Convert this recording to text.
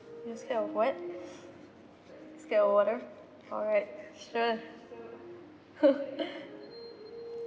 you scared of what scared of water alright sure